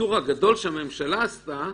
הקיצור הגדול שהממשלה עשתה,